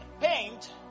paint